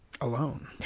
Alone